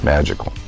magical